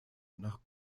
nach